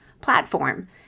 platform